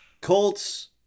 Colts